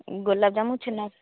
ଗୋଲାପଜାମୁ ଛେନା